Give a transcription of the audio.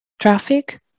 traffic